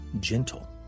gentle